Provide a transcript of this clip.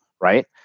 right